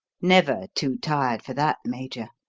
never too tired for that, major.